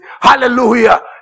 Hallelujah